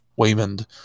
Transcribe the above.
Waymond